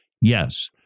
Yes